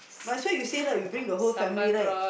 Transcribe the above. might as well you say right you bring the whole family right